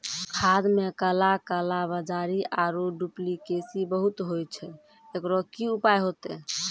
खाद मे काला कालाबाजारी आरु डुप्लीकेसी बहुत होय छैय, एकरो की उपाय होते?